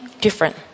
different